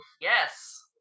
Yes